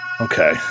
Okay